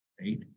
right